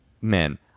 men